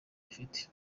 bifite